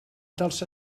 dels